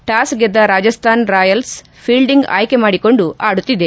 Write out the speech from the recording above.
toss ಗೆದ್ದ Rajasthan royals fielding ಆಯ್ಲೆ ಮಾಡಿಕೊಂಡು ಆಡುತ್ತಿದೆ